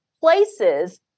places